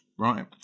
right